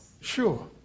sure